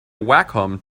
wacom